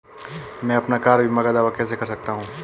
मैं अपनी कार बीमा का दावा कैसे कर सकता हूं?